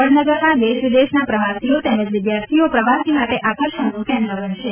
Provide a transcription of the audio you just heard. વડનગરમાં દેશ વિદેશના પ્રવાસીઓ તેમજ વિદ્યાર્થીઓ પ્રવાસી માટે આકર્ષણનું કેન્દ્ર બનશે